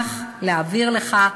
בתי-החולים.